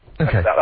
Okay